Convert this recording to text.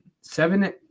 Seven